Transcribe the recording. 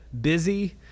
busy